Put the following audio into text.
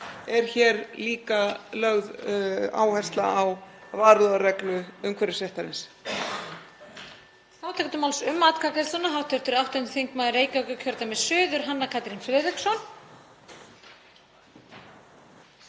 er hér líka lögð áhersla á varúðarreglu umhverfisréttarins.